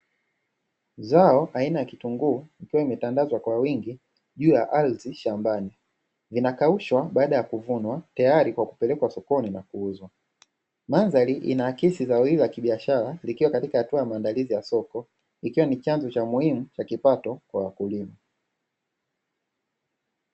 Zao aina ya kitunguu ikiwa imetandazwa kwa wingi juu ya ardhi shambani, vinakaushwa baada ya kuvunwa tayari kwa kupelekwa sokoni na kuuzwa. Mandhari inaakisi zao hili la kibiashara likiwa katika hatua ya maandalizi ya soko, ikiwa ni chanzo cha umuhimu cha kipato kwa wakulima.